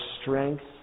strength